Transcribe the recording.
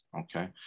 okay